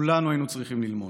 כולנו היינו צריכים ללמוד.